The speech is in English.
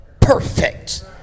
perfect